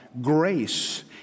Grace